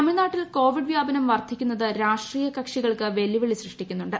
തമിഴ്നാട്ടിൽ കോവിഡ് വ്യാപനം വർദ്ധിക്കുന്നത് രാഷ്ട്രീയ കക്ഷികൾക്ക് വെല്ലുവിളി സൃഷ്ടിക്കു ന്നുണ്ട്